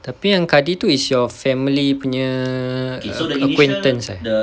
tapi yang kadi tu is your family punya err acquaintance ah